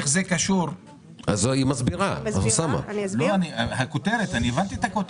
את הכותרת הבנתי.